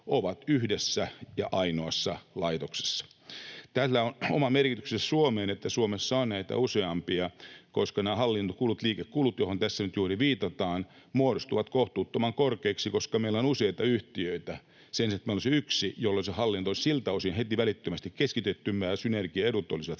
ovat yhdessä ja ainoassa laitoksessa. Tällä on oma merkityksensä Suomeen, että Suomessa on näitä useampia, koska nämä hallintokulut, liikekulut, joihin tässä nyt juuri viitataan, muodostuvat kohtuuttoman korkeiksi, koska meillä on useita yhtiöitä sen sijaan, että meillä olisi yksi, jolloin se hallinto olisi siltä osin heti, välittömästi, keskitetympää, synergiaedut olisivat